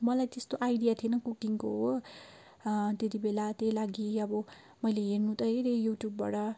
मलाई त्यस्तो आइडिया थिएन कुकिङको हो त्यति बेला त्यही लागि अब मैले हेर्नु त हेरेँ युट्युबबाट